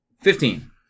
Fifteen